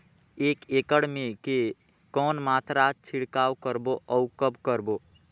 एक एकड़ मे के कौन मात्रा छिड़काव करबो अउ कब करबो?